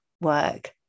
work